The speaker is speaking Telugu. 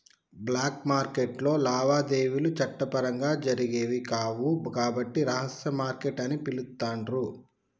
బ్లాక్ మార్కెట్టులో లావాదేవీలు చట్టపరంగా జరిగేవి కావు కాబట్టి రహస్య మార్కెట్ అని పిలుత్తాండ్రు